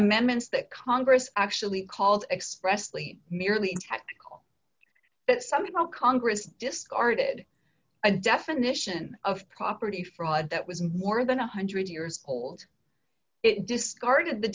amendments that congress actually called expressly merely had to quit but somehow congress discarded a definition of property fraud that was more than one hundred years old it discarded the